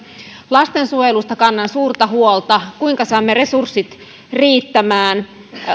lastensuojelussa kannan suurta huolta siitä kuinka saamme resurssit riittämään